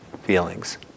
feelings